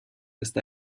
ist